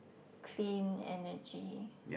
clean energy